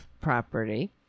property